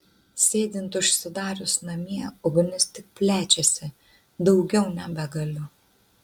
sėdint užsidarius namie ugnis tik plečiasi daugiau nebegaliu